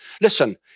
Listen